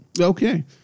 Okay